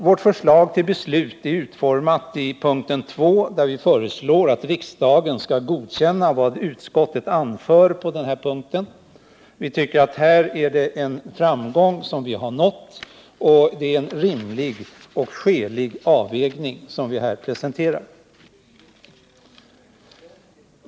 Vårt förslag till beslut är utformat i p. 2, där vi föreslår att riksdagen skall godkänna vad utskottet anföri på denna punkt. Vi tycker att det är en framgång som vi nått och att det är en rimlig och skälig avvägning som vi här presenterar.